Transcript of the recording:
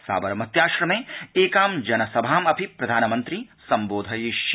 साबरमत्याश्रमे एकां जनसभामपि प्रधानमन्त्री संबोधयिष्यति